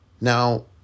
Now